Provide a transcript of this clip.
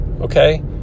okay